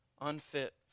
unfit